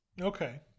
okay